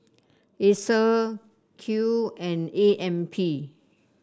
Acer Qoo and A M P